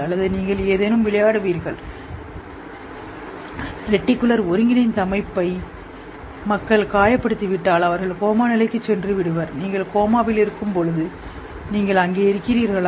அல்லது நீங்கள் ஏதேனும்விளையாடுகிறீர்கள் ரெட்டிகுலர் ஒருங்கிணைந்த அமைப்பை மக்கள் காயமடைந்து அவர்கள் கோமா நிலைக்குச் செல்கிறார்கள் நீங்கள் கமாவில் இருக்கும்போது நீங்கள் அங்கே இருக்கிறீர்களா